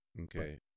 Okay